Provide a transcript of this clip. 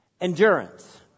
endurance